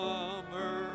Summer